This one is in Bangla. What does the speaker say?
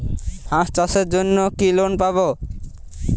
হাঁস চাষের জন্য কি লোন পাব?